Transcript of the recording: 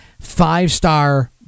five-star